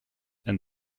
and